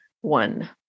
one